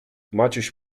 maciuś